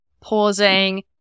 pausing